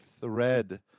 thread